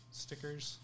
stickers